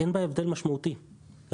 אין בה הבדל משמעותי כרגע.